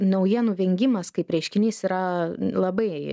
naujienų vengimas kaip reiškinys yra labai